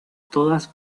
todas